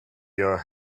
your